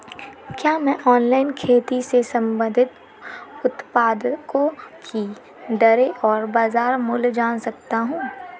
क्या मैं ऑनलाइन खेती से संबंधित उत्पादों की दरें और बाज़ार मूल्य जान सकता हूँ?